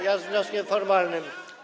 Ja z wnioskiem formalnym.